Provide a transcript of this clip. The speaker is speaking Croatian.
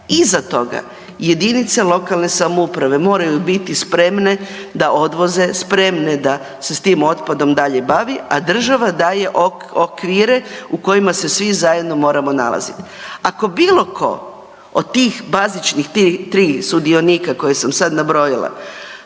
Iza toga jedinice lokalne samouprave moraju biti spremne da odvoze, spremne da se s tim otpadom dalje bavi, a država daje okvire u kojima se svi zajedno moramo nalaziti. Ako bilo ko od tih bazičnih tri sudionika koje sam nabrojila